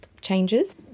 changes